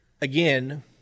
again